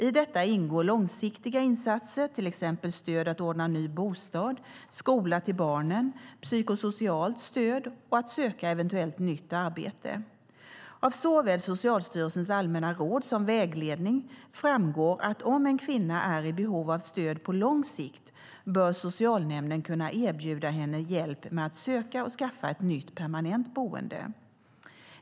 I detta ingår långsiktiga insatser, till exempel stöd att ordna ny bostad, skola till barnen, psykosocialt stöd och att söka eventuellt nytt arbete. Av såväl Socialstyrelsens allmänna råd som vägledning framgår att om en kvinna är i behov av stöd på lång sikt bör socialnämnden kunna erbjuda henne hjälp med att söka och skaffa ett nytt permanent boende.